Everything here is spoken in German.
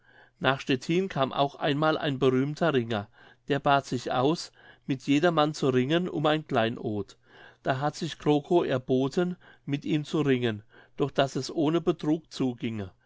nach stettin kam auch einmal ein berühmter ringer der bat sich aus mit jedermann zu ringen um ein kleinod da hat sich krokow erboten mit ihm zu ringen doch daß es ohne betrug zuginge